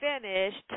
finished